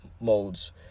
Modes